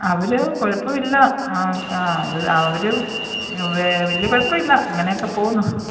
അവർ കുഴപ്പമില്ല ആ ആ അവരും വലിയ കുഴപ്പമില്ല അങ്ങനൊക്കെ പൊന്നു